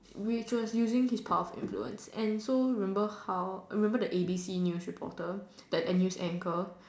which was using his power of influence and so remember how remember that a D C news reporter that unused anchor